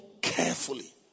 carefully